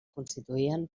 constituïen